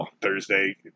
Thursday